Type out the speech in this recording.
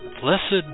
Blessed